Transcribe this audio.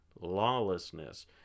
lawlessness